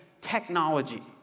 technology